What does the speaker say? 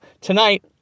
tonight